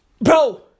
Bro